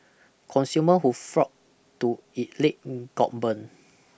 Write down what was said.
consumer who flocked to it late got burned